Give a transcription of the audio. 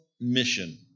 mission